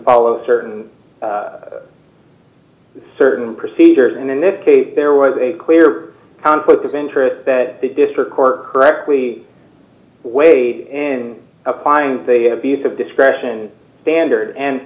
follow certain certain procedures and in this case there was a clear conflict of interest that the district court correctly weighed in applying they have use of discretion standard